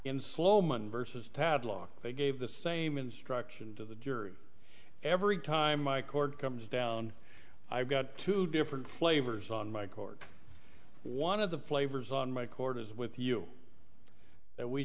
in sloman versus tab lock they gave the same instruction to the jury every time my court comes down i've got two different flavors on my court one of the flavors on my court is with you that we